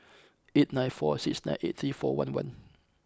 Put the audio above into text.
eight nine four six nine eight three four one one